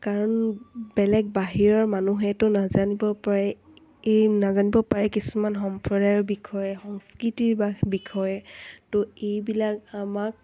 কাৰণ বেলেগ বাহিৰৰ মানুহেতো নাজানিব পাৰে এই নাজানিব পাৰে কিছুমান সম্প্ৰদায়ৰ বিষয়ে সংস্কৃতিৰ বা বিষয়ে তো এইবিলাক আমাক